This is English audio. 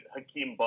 Hakeem